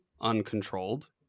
uncontrolled